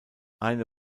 eine